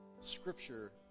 Scripture